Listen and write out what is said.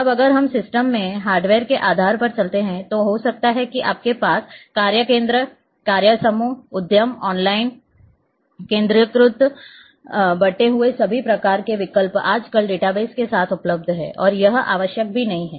अब अगर हम सिस्टम में हार्डवेयर के आधार पर चलते हैं तो हो सकता है कि आपके पास कार्य केंद्र कार्यसमूह उद्यम ऑनलाइन केंद्रीकृत बंटे हुए सभी प्रकार के विकल्प आजकल डेटाबेस के साथ उपलब्ध हैं और यह आवश्यक भी नहीं है